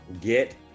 get